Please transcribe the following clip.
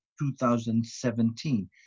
2017